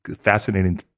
fascinating